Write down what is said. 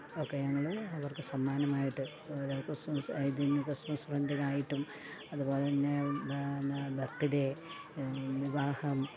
ഒക്കെ ഞങ്ങൾ അവർക്ക് സമ്മാനമായിട്ട് ഓരോ ക്രിസ്മസ് അതിനു ക്രിസ്മസ് ഫ്രണ്ടിനായിട്ടും അതു പോലെ തന്നെ എന്നാ ബർത്ത് ഡേ വിവാഹം